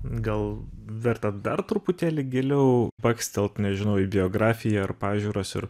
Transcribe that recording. gal verta dar truputėlį giliau bakstelt nežinau į biografiją ar pažiūras ir